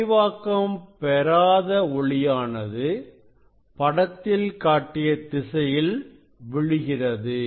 முனைவாக்கம் பெறாத ஒளியானது படத்தில் காட்டிய திசையில் விழுகிறது